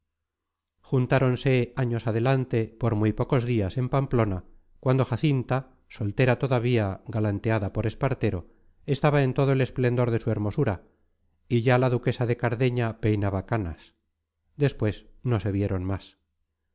cariñosa juntáronse años adelante por muy pocos días en pamplona cuando jacinta soltera todavía galanteada por espartero estaba en todo el esplendor de su hermosura y ya la duquesa de cardeña peinaba canas después no se vieron más